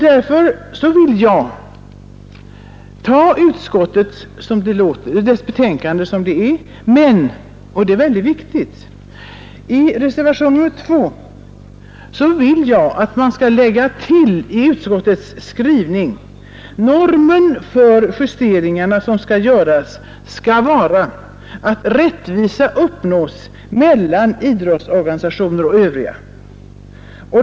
Därför vill jag ta utskottets betänkande som det är, men — och detta är ytterst viktigt — i reservationen 2 yrkar jag att man skall lägga till att ”norm för justeringarna bör vara att rättvisa skall uppnås mellan idrottsorganisationer och övriga”.